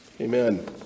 Amen